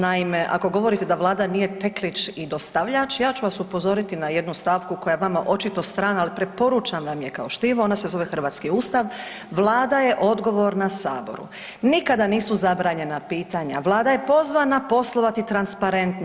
Naime, ako govorite da Vlada nije teklić i dostavljač ja ću vas upozoriti na jednu stavku koja je vama očito strana ali preporučavam je kao štivo ona se zove Hrvatski ustav, Vlada je odgovorna saboru, nikada nisu zabranjena pitanja, Vlada je pozvana poslovati transparentno.